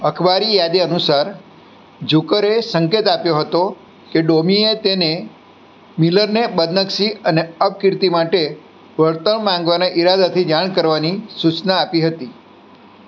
અખબારી યાદી અનુસાર ઝુકરે સંકેત આપ્યો હતો કે ડોમીએ તેને મિલરને બદનક્ષી અને અપકીર્તિ માટે વળતર માગવાના ઇરાદાથી જાણ કરવાની સૂચના આપી હતી